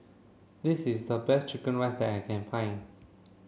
this is the best chicken rice that I can find